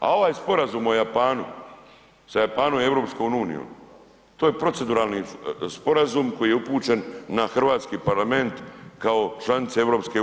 A ovaj sporazum o Japanu, sa Japanom i EU, to je proceduralni sporazum koji je upućen na Hrvatski parlament kao članica EU.